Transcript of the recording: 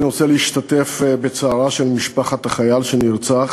אני רוצה להשתתף בצערה של משפחת החייל שנרצח,